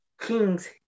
King's